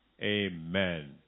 Amen